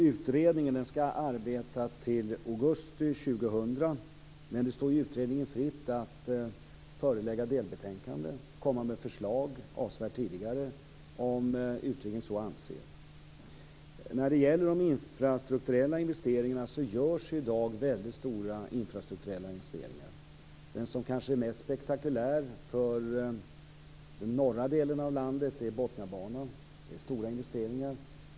Herr talman! Utredningen skall arbeta till augusti 2000, men det står utredningen fritt att förelägga delbetänkanden och komma med förslag avsevärt tidigare om utredningen så anser. Det görs i dag väldigt stora infrastrukturella investeringar. Den som kanske är mest spektakulär för den norra delen av landet är Botniabanan, som är en stor investering.